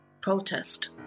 protest